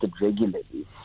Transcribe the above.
regularly